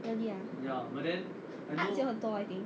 really ah arts 有很多 I think